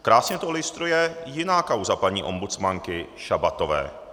Krásně to ilustruje jiná kauza paní ombudsmanky Šabatové.